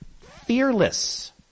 fearless